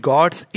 God's